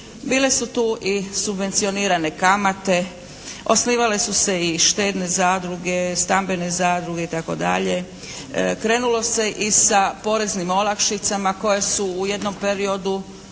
Bile su tu i subvencionirane kamate. Osnivale su se i štedne zadruge, stambene zadruge i tako dalje. Krenulo se i sa poreznim olakšicama koje su u jednom periodu